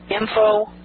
Info